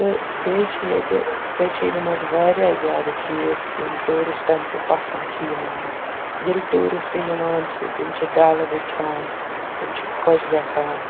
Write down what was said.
تہٕ بیٚیہِ چھِ ییٚتہِ کٔشیٖرِ منٛز واریاہ زیادٕ چیٖز یِم ٹوٗرِسٹَن تہِ پَسنٛد چھِ یِوان ییٚلہِ ٹوٗرِسٹ یِوان چھِ تِم چھِ ڈَل وٕچھان تِم چھِ خۄش گژھان